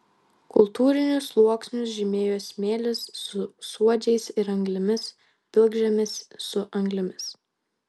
kultūrinius sluoksnius žymėjo smėlis su suodžiais ir anglimis pilkžemis su anglimis